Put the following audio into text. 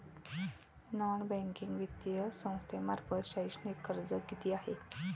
Non banking वित्तीय संस्थांतर्फे शैक्षणिक कर्ज किती आहे?